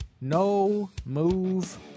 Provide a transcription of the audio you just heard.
no-move